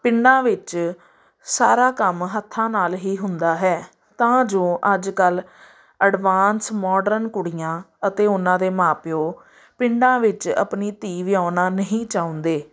ਪਿੰਡਾਂ ਵਿੱਚ ਸਾਰਾ ਕੰਮ ਹੱਥਾਂ ਨਾਲ ਹੀ ਹੁੰਦਾ ਹੈ ਤਾਂ ਜੋ ਅੱਜ ਕੱਲ੍ਹ ਐਡਵਾਂਸ ਮਾਡਰਨ ਕੁੜੀਆਂ ਅਤੇ ਉਹਨਾਂ ਦੇ ਮਾਂ ਪਿਓ ਪਿੰਡਾਂ ਵਿੱਚ ਆਪਣੀ ਧੀ ਵਿਹਾਉਣਾ ਨਹੀਂ ਚਾਹੁੰਦੇ